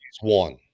one